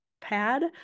pad